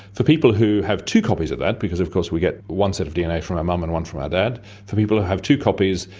for people who have two copies of that because of course we get one set of dna from our mum and one from our dad for people who have two copies,